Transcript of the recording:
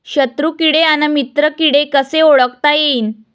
शत्रु किडे अन मित्र किडे कसे ओळखता येईन?